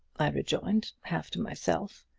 i rejoined, half to myself.